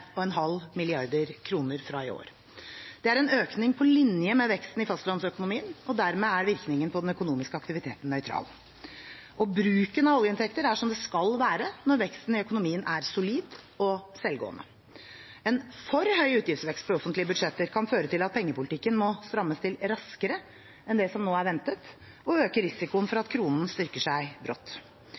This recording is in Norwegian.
fra i år. Det er en økning på linje med veksten i fastlandsøkonomien, og dermed er virkningen på den økonomiske aktiviteten nøytral. Og bruken av oljeinntekter er som det skal være når veksten i økonomien er solid og selvgående. En for høy utgiftsvekst på offentlige budsjetter kan føre til at pengepolitikken må strammes til raskere enn det som nå er ventet, og øker risikoen for at kronen styrker seg